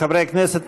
חברי הכנסת,